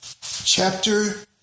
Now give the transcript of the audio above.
chapter